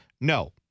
no